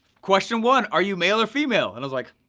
question one, are you male or female? and i was like,